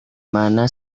mana